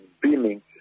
beaming